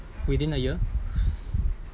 within a year